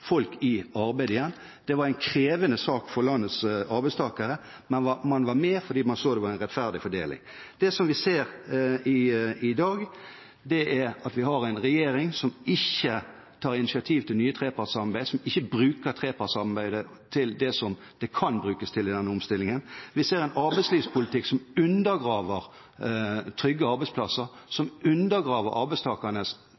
folk i arbeid igjen. Det var en krevende sak for landets arbeidstakere, men man var med fordi man så det var en rettferdig fordeling. Det vi ser i dag, er at vi har en regjering som ikke tar initiativ til et trepartssamarbeid, og som ikke bruker trepartssamarbeidet til det det kan brukes til i denne omstillingen. Vi ser en arbeidslivspolitikk som undergraver trygge arbeidsplasser,